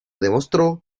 demostró